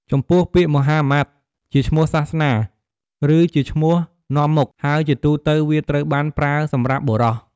ចំពោះពាក្យម៉ូហាម៉ាត់ ជាឈ្មោះសាសនា ឬជាឈ្មោះនាំមុខ ហើយជាទូទៅវាត្រូវបានប្រើសម្រាប់បុរស។